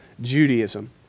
Judaism